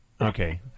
Okay